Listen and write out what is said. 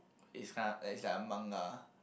is uh is like a manga